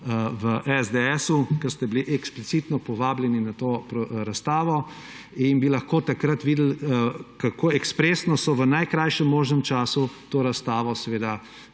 v SDS, ker ste bili eksplicitno povabljeni na to razstavo in bi lahko takrat videli, kako ekspresno so v najkrajšem možnem času to razstavo